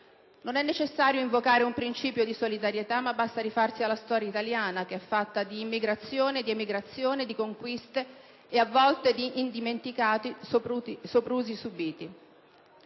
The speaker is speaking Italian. Non è necessario invocare un principio di solidarietà ma basta rifarsi alla storia italiana, fatta di immigrazione, di emigrazione, di conquiste e, a volte, di indimenticati soprusi subiti.